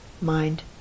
mind